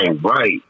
right